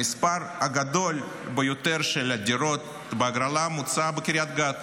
המספר הגדול ביותר של הדירות בהגרלה מוצע בקריית גת,